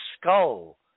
skull